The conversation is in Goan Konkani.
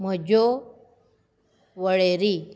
म्हज्यो वळेरी